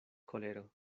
kolero